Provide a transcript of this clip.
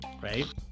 right